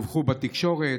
ודיווחו בתקשורת: